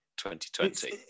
2020